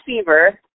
fever